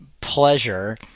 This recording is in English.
pleasure